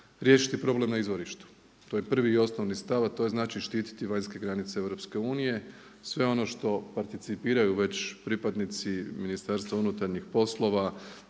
riješiti problem na izvorištu. To je prvi i osnovni stav, a to znači štititi vanjske granice EU, sve ono što participiraju već pripadnici Ministarstva unutarnjih poslova